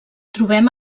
trobem